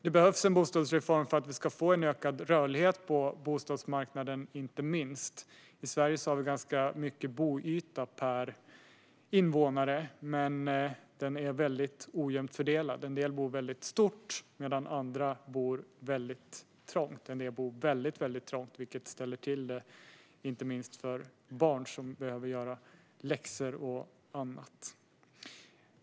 Det behövs en bostadsreform inte minst för att vi ska få en ökad rörlighet på bostadsmarknaden. I Sverige har vi ganska mycket boyta per invånare, men den är ojämnt fördelad - en del bor stort medan andra bor trångt. En del bor dessutom väldigt trångt, vilket ställer till det inte minst för barn som behöver göra läxor och annat.